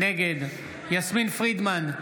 נגד יסמין פרידמן,